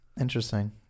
Interesting